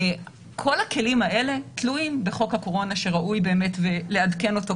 כל הכלים האלה תלויים בחוק הקורונה שראוי באמת לעדכן אותו,